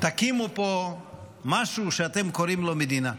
תקימו פה משהו שאתם קוראים לו מדינה.